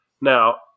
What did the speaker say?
Now